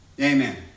amen